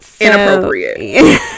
Inappropriate